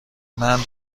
مند